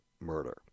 murder